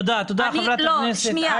תודה רבה, חברת הכנסת.